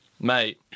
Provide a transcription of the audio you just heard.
Mate